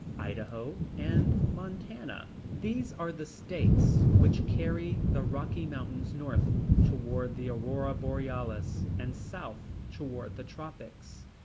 idaho, and montana. these are the states which carry the rocky mountains north toward the aurora borealis, and south toward the tropics.